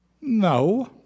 No